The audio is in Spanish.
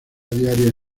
diaria